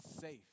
safe